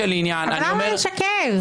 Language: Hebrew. למה לשקר?